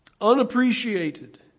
unappreciated